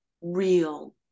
real